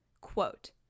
Quote